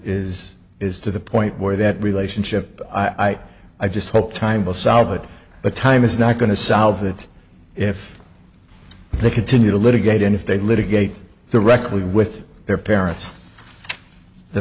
is is to the point where that relationship i i i just hope time will solve it but time is not going to solve it if they continue to litigate and if they litigate directly with their parents the